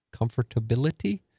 comfortability